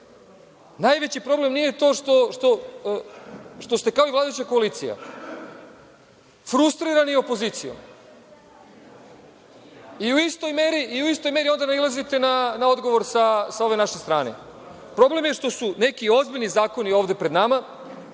način. Najveći problem nije to što ste, kao i vladajuća koalicija, frustrirani opozicijom i u istoj meri ovde nailazite na odgovor sa ove naše strane. Problem je što su neki ozbiljni zakoni ovde pred nama,